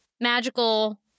magical